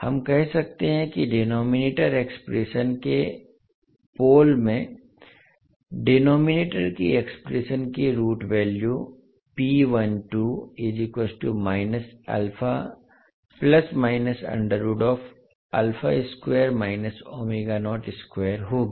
हम कह सकते हैं कि डिनोमिनेटर एक्सप्रेशन के पोल में डिनोमिनेटर की एक्सप्रेशन की रुट वैल्यू होंगी